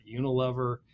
Unilever